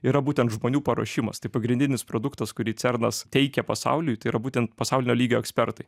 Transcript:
yra būtent žmonių paruošimas tai pagrindinis produktas kurį cernas teikia pasauliui tai yra būtent pasaulinio lygio ekspertai